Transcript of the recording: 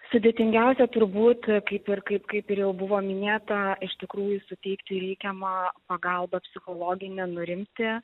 sudėtingiausia turbūt kaip ir kaip kaip ir jau buvo minėta iš tikrųjų suteikti reikiamą pagalbą psichologinę nurimti